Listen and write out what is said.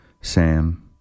Sam